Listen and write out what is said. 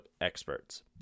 experts